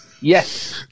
Yes